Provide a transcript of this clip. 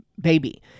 baby